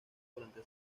durante